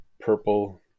purple